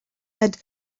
had